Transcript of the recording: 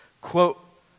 quote